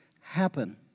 happen